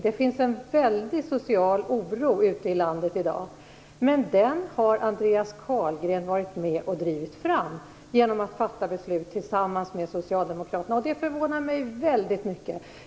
Det finns en väldigt stor social oro ute i landet i dag. Men den har Andreas Carlgren varit med och drivit fram genom att fatta beslut tillsammans med Socialdemokraterna. Det förvånar mig väldigt mycket.